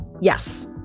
Yes